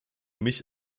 mich